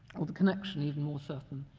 or the connection even more certain.